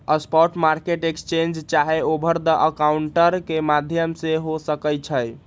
spot market exchange चाहे over the counter के माध्यम से हो सकइ छइ